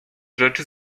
rzeczy